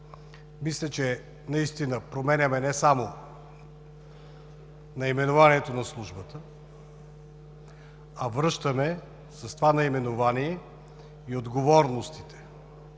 Мисля, че наистина променяме не само наименованието на Службата, а с това наименование връщаме и отговорностите,